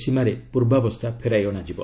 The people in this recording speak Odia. ସୀମାରେ ପୂର୍ବାବସ୍ଥା ଫେରାଇଅଣାଯିବ